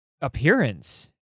appearance